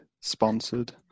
sponsored